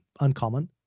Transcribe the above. uncommon